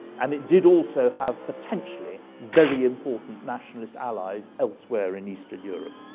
and it did also have potentially very important nationalist allies elsewhere in eastern europe.